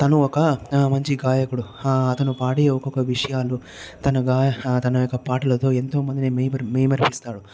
తను ఒక అ మంచి గాయకుడు అతను పాడే ఒక్కొక్క విషయాలు తన గాయ తన యొక్క పాటలతో ఎంతోమందిని మేమర్ మైమరిపిస్తాడు